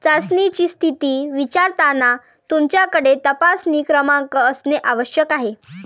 चाचणीची स्थिती विचारताना तुमच्याकडे तपासणी क्रमांक असणे आवश्यक आहे